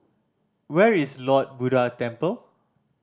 where is Lord Buddha Temple